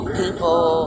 people